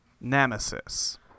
Nemesis